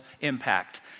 impact